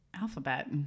Alphabet